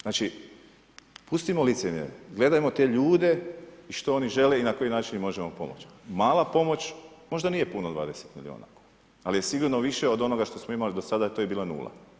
Znači pustimo licemjerje, gledajmo te ljude, što oni žele i na koji način im možemo pomoć, mala pomoć, možda nije puno 20 milijuna kn, ali je sigurno više od onoga što smo imali do sada, a to je bila nula.